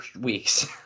weeks